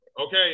Okay